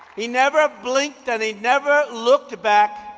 he never blinked, and he never looked back.